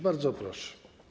Bardzo proszę.